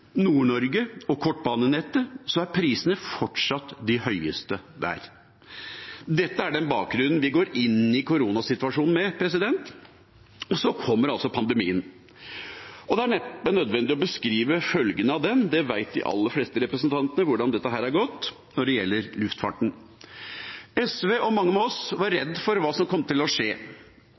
og kortbanenettet, er prisene fortsatt de høyeste. Dette er den bakgrunnen vi gikk inn i koronasituasjonen med, og så kom pandemien. Det er neppe nødvendig å beskrive følgene av den – de aller fleste representantene vet hvordan dette har gått når det gjelder luftfarten. SV og mange med oss var redde for hva som kom til å skje.